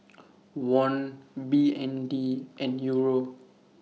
Won B N D and Euro